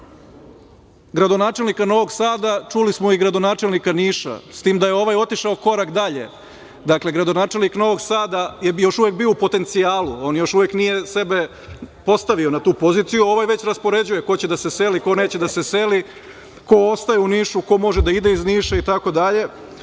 gradonačelnika Novog Sada čuli smo i gradonačelnika Niša, s tim da je ovaj otišao korak dalje. Dakle, gradonačelnik Novog Sada je još uvek u potencijalu, on još uvek nije sebe postavio na tu poziciju, a ovaj već raspoređuje ko će da se seli, ko neće da se seli, ko ostaje u Nišu, ko može da ide iz Niša,